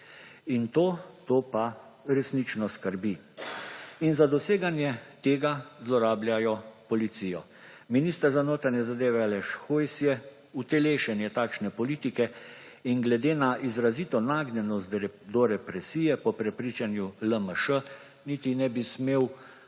to, to pa resnično skrbi. In za doseganje tega zlorabljajo policijo. Minister za notranje zadeve Aleš Hojs je utelešenje takšne politike in glede na izrazito nagnjenost do represije po prepričanju LMŠ niti ne bi smel postati